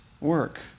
work